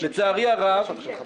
יש לזה המשך.